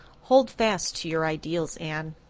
hold fast to your ideals, anne.